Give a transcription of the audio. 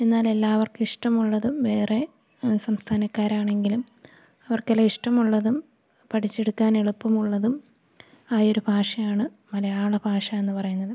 എന്നാലെല്ലാവർക്കുമിഷ്ടമുള്ളതും വേറെ സംസ്ഥാനക്കാരാണെങ്കിലും അവർക്കെല്ലാം ഇഷ്ടമുള്ളതും പഠിച്ചെടുക്കാന് എളുപ്പമുള്ളതും ആയൊരു ഭാഷയാണ് മലയാള ഭാഷ എന്നു പറയുന്നതും